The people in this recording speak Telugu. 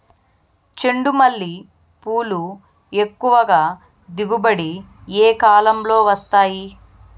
చెండుమల్లి పూలు ఎక్కువగా దిగుబడి ఏ కాలంలో వస్తాయి